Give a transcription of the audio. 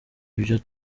ibyo